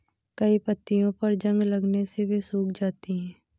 कई पत्तियों पर जंग लगने से वे सूख जाती हैं